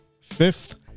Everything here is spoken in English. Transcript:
Fifth